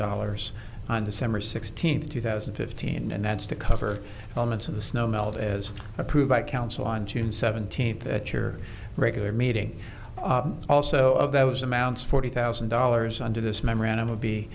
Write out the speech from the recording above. dollars on december sixteenth two thousand and fifteen and that's to cover elements of the snow melt as approved by council on june seventeenth at your regular meeting also of that was amounts forty thousand dollars under this memorandum